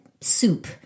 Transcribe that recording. soup